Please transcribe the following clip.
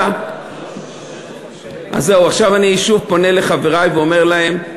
אני שוב פונה לחברי ואומר להם: